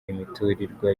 imiturirwa